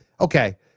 okay